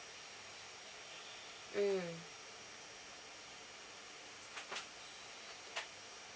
mm